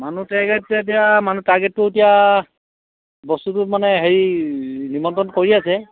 মানুহ টাৰগেট এতিয়া মানুহ টাৰ্গেটটো এতিয়া বস্তুটো মানে হেৰি নিমন্ত্ৰণ কৰি আছে